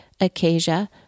acacia